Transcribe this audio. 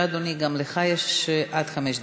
בבקשה, אדוני, גם לך יש עד חמש דקות.